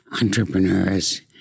entrepreneurs